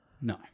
no